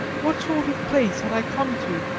what sort of place had i come to,